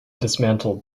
dismantled